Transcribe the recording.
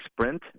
sprint